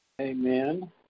Amen